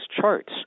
charts